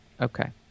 Okay